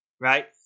right